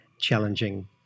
challenging